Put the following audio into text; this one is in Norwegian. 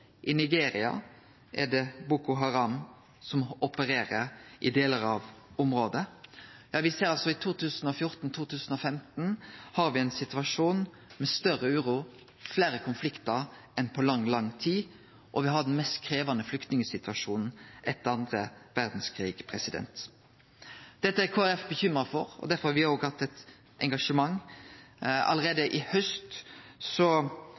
i delar av området. Me har altså i 2014–2015 ein situasjon med større uro og fleire konfliktar enn på lang tid, og me har den mest krevjande flyktningsituasjonen etter den andre verdskrigen. Dette er Kristeleg Folkeparti bekymra for, og derfor har me òg hatt eit engasjement.